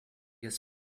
his